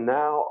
now